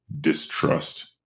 distrust